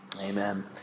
Amen